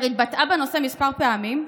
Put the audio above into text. היא התבטאה בנושא מספר פעמים,